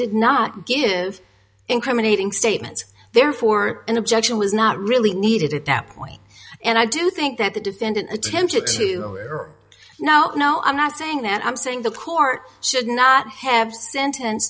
did not give incriminating statements therefore an objection was not really needed at that point and i do think that the defendant attempted to now no i'm not saying and i'm saying the court should not have sent